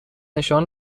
نشان